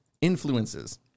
influences